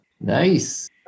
Nice